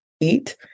eat